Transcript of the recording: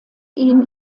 ihn